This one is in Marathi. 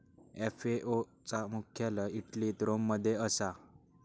एफ.ए.ओ चा मुख्यालय इटलीत रोम मध्ये असा